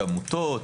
עמותות,